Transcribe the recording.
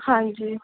ਹਾਂਜੀ